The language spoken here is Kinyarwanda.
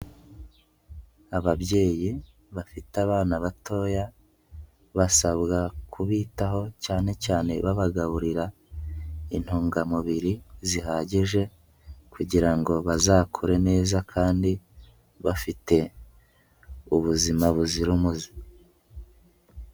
Ababyeyi bafite abana batoya basabwa kubitaho cyane cyane, babagaburira intungamubiri zihagije kugira ngo bazakure neza kandi bafite ubuzima buzira umuze.